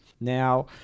Now